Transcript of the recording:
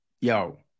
yo